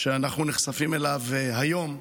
שאנחנו נחשפים אליו היום,